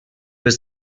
was